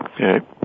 Okay